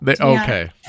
Okay